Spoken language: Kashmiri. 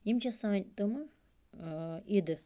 یِم چھےٚ سانہِ تِمہٕ عیٖدٕ